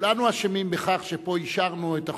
כולנו אשמים בכך שפה אישרנו את החוק,